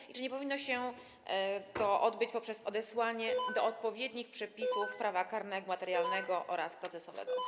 I czy nie powinno się to odbyć poprzez odesłanie do odpowiednich przepisów prawa karnego materialnego oraz procesowego?